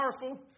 powerful